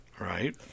Right